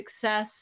success